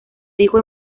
dijo